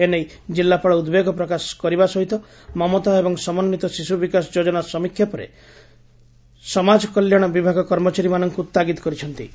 ଏନେଇ ଜିଲ୍ଲାପାଳ ଉଦ୍ବେଗ ପ୍ରକାଶ କରିବା ସହ ମମତା ଏବଂ ସମନ୍ନିତ ଶିଶୁ ବିକାଶ ଯୋଜନା ସମୀକ୍ଷା ପରେ ସମାଜ କଲ୍ୟାଶ ବିଭାଗ କର୍ମଚାରୀମାନଙ୍କୁ ତାଗିଦ କରିଛପନ୍ତି